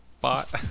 Bot